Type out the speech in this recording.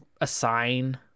assign